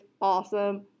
awesome